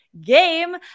game